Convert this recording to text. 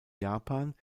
japan